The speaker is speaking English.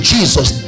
Jesus